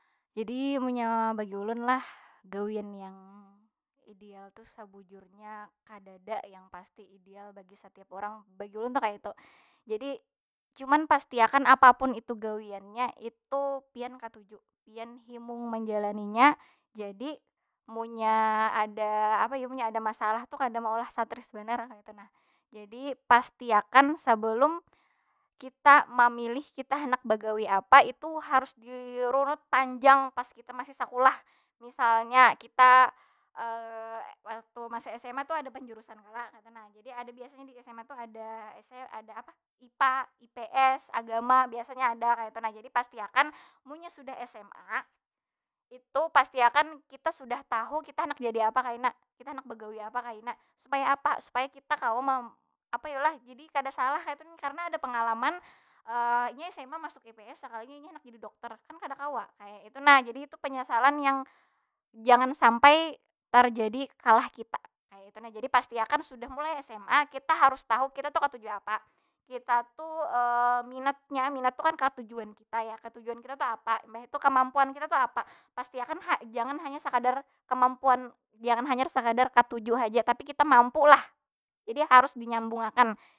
Jadi, munnya bagi ulun lah, gawian yang ideal tu sabujurnya kadada yang pasti ideal bagi setiap urang. Bagi ulun tu kaytu. jadi, cuman pastiakan apapun itu gawiannya itu pian katuju, pian himung manjalaninya. Jadi, munnya ada, apa yu? Munnya ada masalah tu kada maulah satres banar kaytu nah. Jadi pastiakan sabalum kitamamilih, kita handak bagawi apa. Itu harus dirunut panjang pas kita masih sakulah. Misalnya kita waktu masih sma tu ada penjurusan kalo, kaytu nah. Jadi ada biasanya di sma tu ada ada apa? Ipa, ips, agama, biasanya ada kaytu nah. Jadi pasti akan munnya sudah sma, itu pastiakan kita sudah tahu kita handak jadi apa kaina. Kita handak begawi apa kaina. Supaya apa? Supaya kita kawa apa yu lah? Jadi kada salah kaytu nah. Karena ada pengalaman, nya sma masuk ips, sakalinya inya handak jadi dokter. Kan kada kawa kaya itu nah. Jadi itu penyesalan yang, jangan sampai terjadi kalah kita, kaytu nah. Jadi pasti akan sudah mulai sma kita harus tahu kita tu katuju apa? Kita tu minatnya, minat tu kan katujuan kita ya? Katujuan kita tu apa? Mbah itu kamampuan kita tu apa? Pasti akan ha, jangan hanya sakadar kemampuan, jangan hanya sakadar katuju haja. Tapi kita mampu lah. Jadi harus dinyambung akan.